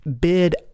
bid